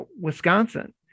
Wisconsin